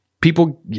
people